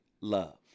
love